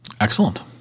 Excellent